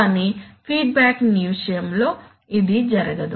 కానీ ఫీడ్బ్యాక్ విషయంలో ఇది జరగదు